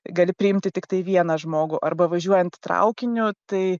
gali priimti tiktai vieną žmogų arba važiuojant traukiniu tai